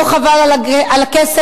לא חבל על הכסף?